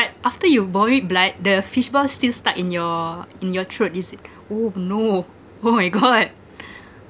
after you vomit blood the fishbone still stuck in your in your throat is it oh no oh my god